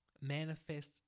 manifest